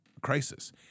crisis